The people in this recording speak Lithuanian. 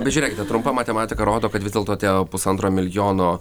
bet žiūrėkite trumpa matematika rodo kad vis dėlto tie pusantro milijono